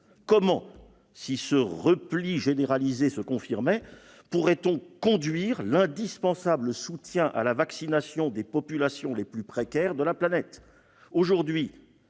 Comment, si ce repli généralisé se confirmait, pourrait-on conduire l'indispensable soutien à la vaccination des populations les plus précaires de la planète ?